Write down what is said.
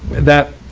that